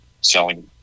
selling